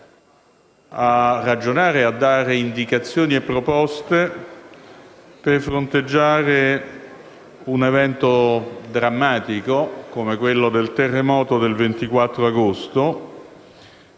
a ragionare e a dare indicazioni e proposte per fronteggiare un evento drammatico, quale è stato il terremoto del 24 agosto,